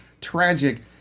tragic